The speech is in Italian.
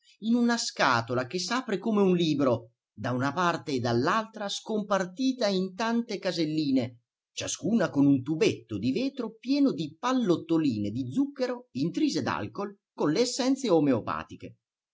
in una scatola che s'apre come un libro da una parte e dall'altra scompartita in tante caselline ciascuna con un tubetto di vetro pieno di pallottoline di zucchero intrise d'alcool con le essenze omeopatiche